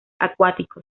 acuáticos